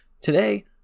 today